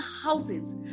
houses